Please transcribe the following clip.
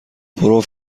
پرو